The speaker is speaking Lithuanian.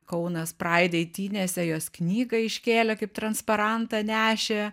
kaunas praid eitynėse jos knygą iškėlė kaip transparantą nešė